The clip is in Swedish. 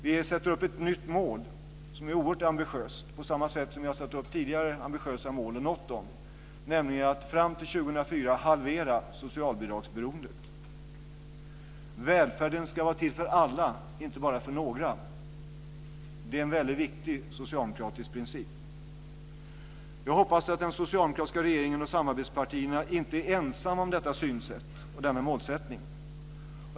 Vi sätter upp en nytt mål som är oerhört ambitiöst, på samma sätt som vi har satt upp tidigare ambitiösa mål och nått dem, nämligen att fram till 2004 halvera socialbidragsberoendet. Välfärden ska vara till för alla, inte bara för några. Det är en viktig socialdemokratisk princip. Jag hoppas att den socialdemokratiska regeringen och samarbetspartierna inte är ensamma om detta synsätt och denna målsättning.